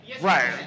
Right